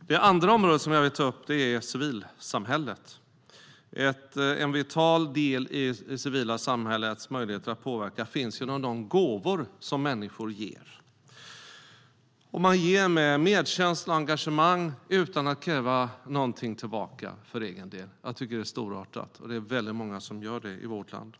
Det andra område som jag vill ta upp är civilsamhället. En vital del i det civila samhällets möjligheter att påverka finns genom de gåvor som människor ger. Man ger av medkänsla och engagemang utan att kräva något tillbaka för egen del. Jag tycker att det är storartat, och det är väldigt många som gör det i vårt land.